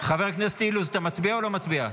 חבר הכנסת אילוז, אתה מצביע או לא מצביע?